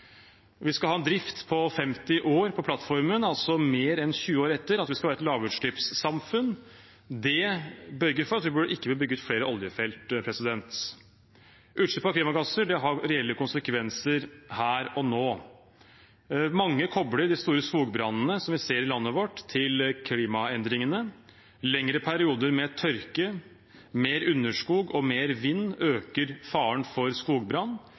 Vi skal ha en drift på 50 år på plattformen, altså mer enn 20 år etter at vi skal være et lavutslippssamfunn. Det borger for at vi ikke bør bygge ut flere oljefelt. Utslipp av klimagasser har reelle konsekvenser her og nå. Mange kobler de store skogbrannene vi ser i landet vårt, til klimaendringene. Lengre perioder med tørke, mer underskog og mer vind øker faren for skogbrann,